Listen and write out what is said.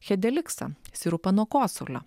hedeliksą sirupą nuo kosulio